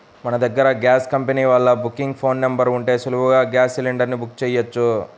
మన దగ్గర gas company వాళ్ళ బుకింగ్ ఫోన్ నెంబర్ ఉంటే సులువుగా గ్యాస్ సిలిండర్ ని బుక్ చెయ్యొచ్చు